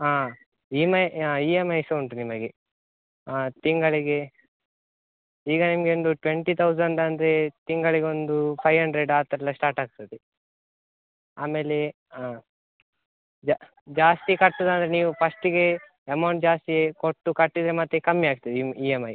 ಹಾಂ E M I E M I ಸಹ ಉಂಟು ನಿಮಗೆ ತಿಂಗಳಿಗೆ ಈಗ ನಿಮಗೆ ಒಂದು ಟ್ವೆಂಟಿ ತೌಸಂಡ್ ಅಂದರೆ ತಿಂಗಳಿಗೆ ಒಂದು ಫೈವ್ ಹಂಡ್ರೆಡ್ ಆ ಥರ ಎಲ್ಲ ಸ್ಟಾರ್ಟ್ ಆಗ್ತದೆ ಆಮೇಲೆ ಜಾಸ್ತಿ ಕಟ್ಟೋದಾದರೆ ನೀವು ಫಸ್ಟಿಗೆ ಅಮೌಂಟ್ ಜಾಸ್ತಿ ಕೊಟ್ಟು ಕಟ್ಟಿದರೆ ಮತ್ತೆ ಕಮ್ಮಿಯಾಗ್ತದೆ ಇಮ್ ಇ ಎಮ್ ಐ